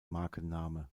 markenname